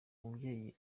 mubyeyi